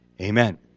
amen